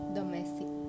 domestic